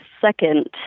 second